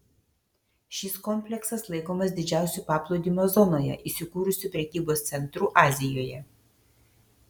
šis kompleksas laikomas didžiausiu paplūdimio zonoje įsikūrusiu prekybos centru azijoje